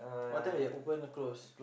what time they open close